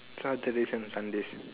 saturdays and sundays